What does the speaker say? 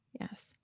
Yes